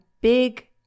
big